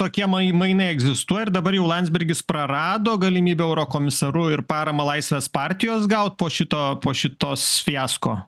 tokie mainai neegzistuoja ir dabar jau landsbergis prarado galimybę eurokomisaru ir paramą laisvės partijos gaut po šito po šitos fiasko